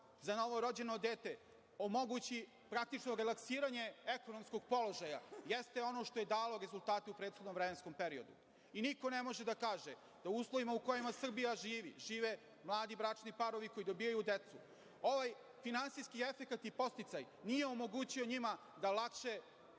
za novorođeno dete omogući, praktično relaksiranje ekonomskog položaja, jeste ono što je dalo rezultate u prethodnom vremenskom periodu. Niko ne može da kaže da u uslovima u kojima u Srbiji žive mladi bračni parovi koji dobijaju decu ovaj finansijski efekat i podsticaj nije omogućio njima da lakše